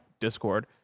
Discord